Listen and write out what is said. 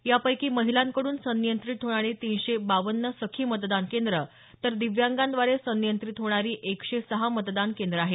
यापैकी महिलांकडून संनियंत्रण होणारी तीनशे बावन्न सखी मतदान केंद्रं तर दिव्यांगांद्वारे संनियंत्रित होणारी एकशे सहा मतदान केंद्रं आहेत